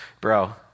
bro